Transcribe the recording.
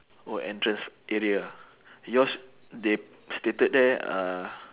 oh entrance area ah yours they stated there uh